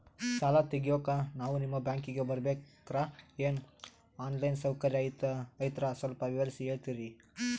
ಸಾಲ ತೆಗಿಯೋಕಾ ನಾವು ನಿಮ್ಮ ಬ್ಯಾಂಕಿಗೆ ಬರಬೇಕ್ರ ಏನು ಆನ್ ಲೈನ್ ಸೌಕರ್ಯ ಐತ್ರ ಸ್ವಲ್ಪ ವಿವರಿಸಿ ಹೇಳ್ತಿರೆನ್ರಿ?